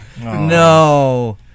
No